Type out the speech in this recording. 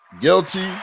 guilty